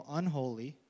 unholy